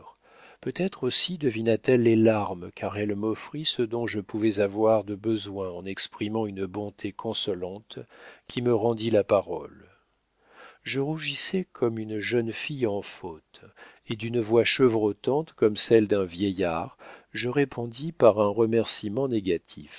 peut-être aussi devina t elle les larmes car elle m'offrit ce dont je pouvais avoir besoin en exprimant une bonté consolante qui me rendit la parole je rougissais comme une jeune fille en faute et d'une voix chevrotante comme celle d'un vieillard je répondis par un remercîment négatif